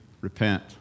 Repent